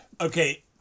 Okay